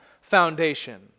foundation